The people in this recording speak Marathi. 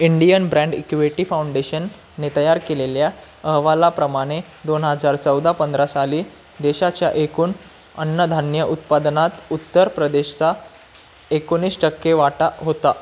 इंडियन ब्रँड इक्वेटी फाउंडेशनने तयार केलेल्या अहवालाप्रमाने दोन हजार चौदा पंधरा साली देशाच्या एकूण अन्नधान्य उत्पादनात उत्तर प्रदेशचा एकोणीस टक्के वाटा होता